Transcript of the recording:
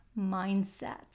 mindset